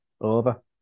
over